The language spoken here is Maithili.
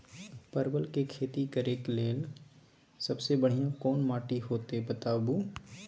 परवल के खेती करेक लैल सबसे बढ़िया कोन माटी होते बताबू?